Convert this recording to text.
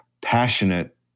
passionate